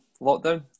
lockdown